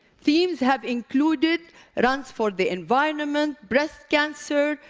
themes have included runs for the environment, breast cancer,